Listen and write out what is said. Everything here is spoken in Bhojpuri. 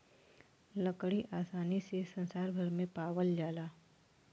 लकड़ी आसानी से संसार भर में पावाल जाला